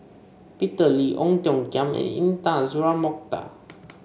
Peter Lee Ong Tiong Khiam and Intan Azura Mokhtar